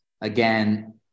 Again